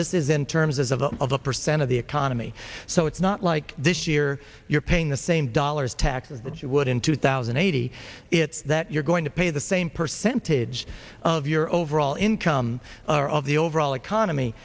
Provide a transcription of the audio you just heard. this is in terms of the of the percent of the economy so it's not like this year you're paying the same dollars taxes that you would in two thousand and eighty it's that you're going to pay the same percentage of your overall income of the overall economy